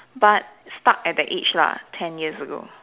but stuck at that age lah ten years ago